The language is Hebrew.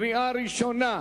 קריאה ראשונה.